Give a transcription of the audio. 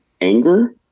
anger